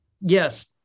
Yes